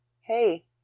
hey